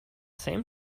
same